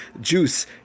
juice